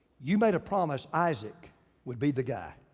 you made a promise isaac would be the guy.